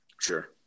sure